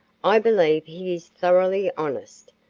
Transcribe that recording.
i believe he is thoroughly honest,